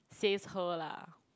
says her lah